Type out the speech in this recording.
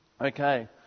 Okay